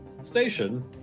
station